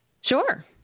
Sure